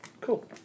Cool